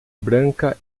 branca